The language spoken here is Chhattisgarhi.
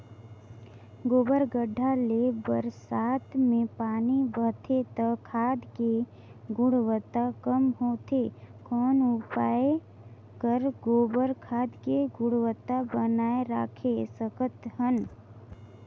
गोबर गढ्ढा ले बरसात मे पानी बहथे त खाद के गुणवत्ता कम होथे कौन उपाय कर गोबर खाद के गुणवत्ता बनाय राखे सकत हन?